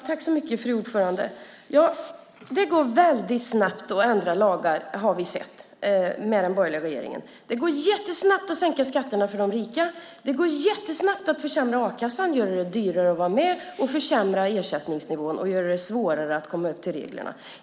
Fru talman! Det går väldigt snabbt att ändra lagar med den borgerliga regeringen. Det har vi sett. Det går jättesnabbt att sänka skatterna för de rika. Det går jättesnabbt att försämra a-kassan, göra det dyrare att vara med, försämra ersättningsnivån och göra det svårare att uppfylla reglerna.